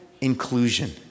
inclusion